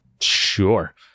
Sure